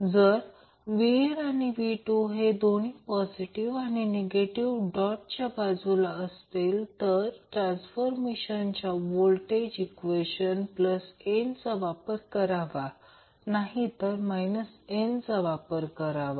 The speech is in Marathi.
जर V1आणि V2 हे दोन्ही पॉझिटिव्ह किंवा निगेटिव्ह डॉट च्या बाजूला असते तर ट्रांसफार्मरच्या व्होल्टेज ईक्वेशन n चा वापर करावा नाहीतर n चा वापर करावा